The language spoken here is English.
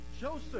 Joseph